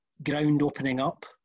ground-opening-up